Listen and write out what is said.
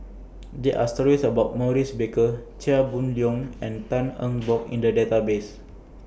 There Are stories about Maurice Baker Chia Boon Leong and Tan Eng Bock in The Database